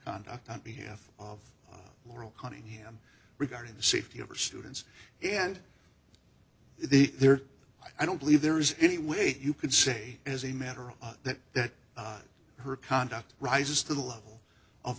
conduct on behalf of moral conning him regarding the safety of the students and the there i don't believe there is any way you could say as a matter of that that her conduct rises to the level of